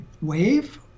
wave